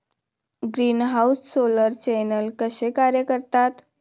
Greenhouse solar channel कसे कार्य करतात?